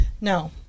No